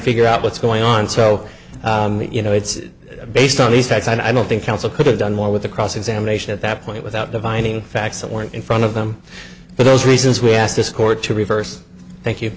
figure out what's going on so you know it's based on he said i don't think counsel could have done more with the cross examination at that point without defining facts that weren't in front of them but those reasons we asked this court to reverse thank you